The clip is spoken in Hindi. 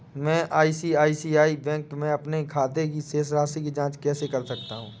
मैं आई.सी.आई.सी.आई बैंक के अपने खाते की शेष राशि की जाँच कैसे कर सकता हूँ?